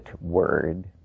word